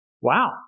Wow